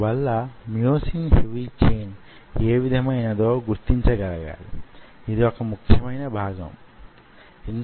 అందువలన లోతుకి సంబంధించిన ఒక భాగం దానితో ముడి పడి వుంటుంది